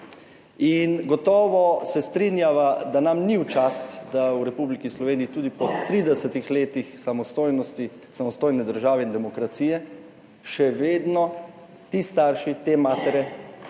In gotovo se strinjava, da nam ni v čast, da v Republiki Sloveniji tudi po 30 letih samostojnosti, samostojne države in demokracije, še vedno ti starši, te matere